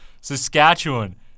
Saskatchewan